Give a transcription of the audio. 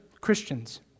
Christians